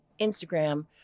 Instagram